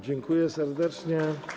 Dziękuję serdecznie.